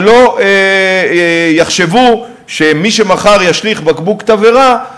שלא יחשבו שמי שמחר ישליך בקבוק תבערה,